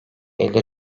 elli